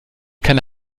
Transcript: keine